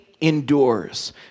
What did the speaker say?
endures